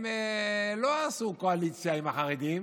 הם לא עשו קואליציה עם החרדים.